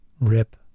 Rip